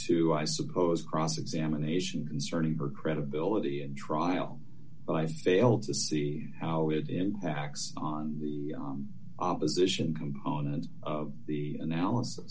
to i suppose cross examination concerning her credibility and trial but i fail to see how it impacts on the opposition component of the analysis